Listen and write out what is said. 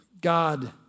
God